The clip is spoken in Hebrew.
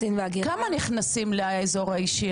את יכולה להעריך פחות או יותר מה התנועה של